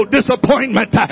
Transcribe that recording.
disappointment